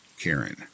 Karen